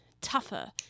tougher